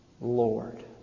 Lord